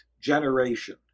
generation